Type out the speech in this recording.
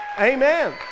Amen